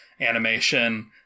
animation